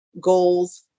goals